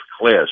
class